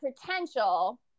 potential